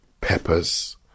peppers